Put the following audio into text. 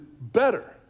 better